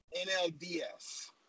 NLDS